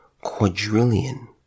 quadrillion